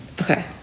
Okay